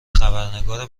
خبرنگار